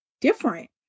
different